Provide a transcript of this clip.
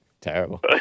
terrible